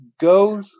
go